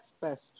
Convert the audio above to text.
best